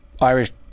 irish